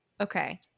Okay